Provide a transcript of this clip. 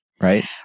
Right